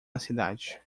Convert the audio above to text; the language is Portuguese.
cidade